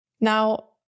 Now